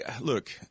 look